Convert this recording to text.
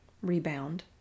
rebound